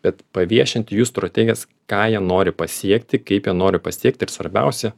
bet paviešinti jų strategijas ką jie nori pasiekti kaip jie nori pasiekti ir svarbiausia